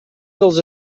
dels